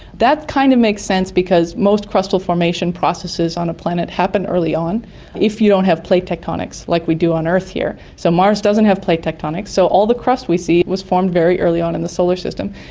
that kind of makes sense because most crustal formation processes on a planet happen early on if you don't have plate tectonics, like we do on earth here. so mars doesn't have plate tectonics, so all the crust we see was formed very early on in the solar system.